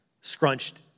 scrunched